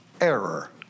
error